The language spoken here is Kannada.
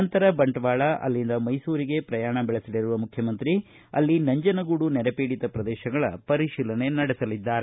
ನಂತರ ಬಂಟ್ವಾಳ ಅಲ್ಲಿಂದ ಮೈಸೂರಿಗೆ ಪ್ರಯಾಣ ಬೆಳಸಲಿರುವ ಮುಖ್ಯಮಂತ್ರಿ ಅಲ್ಲಿ ನಂಜನಗೂಡು ನೆರೆಪೀಡಿತ ಪ್ರದೇಶಗಳ ಪರಿಶೀಲನೆ ನಡೆಸಲಿದ್ದಾರೆ